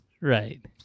right